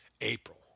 April